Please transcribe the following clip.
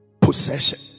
possession